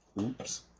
Oops